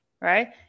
right